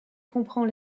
comprend